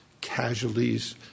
casualties